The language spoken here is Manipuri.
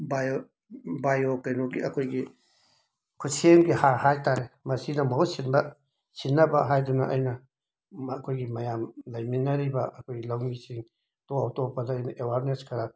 ꯕꯥꯌꯣ ꯕꯥꯌꯣ ꯀꯩꯅꯣꯒꯤ ꯑꯩꯈꯣꯏꯒꯤ ꯈꯨꯠꯁꯦꯝꯒꯤ ꯍꯥꯔ ꯍꯥꯏ ꯇꯥꯔꯦ ꯃꯁꯤꯅ ꯃꯍꯨꯠ ꯁꯤꯟꯕ ꯁꯤꯟꯅꯕ ꯍꯥꯏꯗꯨꯅ ꯑꯩꯅ ꯃꯈꯣꯏꯒꯤ ꯃꯌꯥꯝ ꯂꯩꯃꯤꯟꯅꯔꯤꯕ ꯑꯩꯈꯣꯏ ꯂꯧꯃꯤꯁꯤꯡ ꯑꯇꯣꯞ ꯑꯇꯣꯞꯄꯗ ꯑꯦꯋꯥꯔꯅꯦꯁ ꯈꯔ